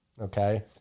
okay